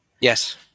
Yes